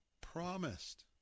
promised